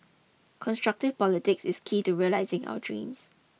constructive politics is key to realising our dreams